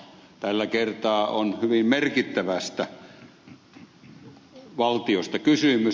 tällä kertaa on hyvin merkittävästä valtiosta kysymys